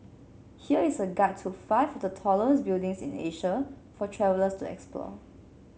here is a guide to five of the tallest buildings in Asia for travellers to explore